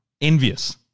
envious